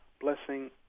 blessing